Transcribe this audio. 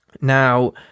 Now